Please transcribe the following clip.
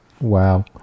Wow